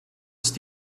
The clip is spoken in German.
ist